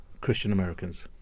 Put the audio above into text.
Christian-Americans